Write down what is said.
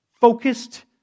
focused